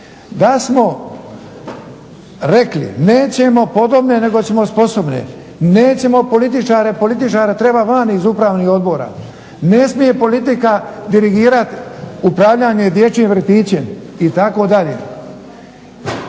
da smo rekli nećemo podobne nego ćemo sposobne. Nećemo političare, političare treba van iz upravnih odbora. Ne smije politika dirigirati upravljanje dječjim vrtićem itd.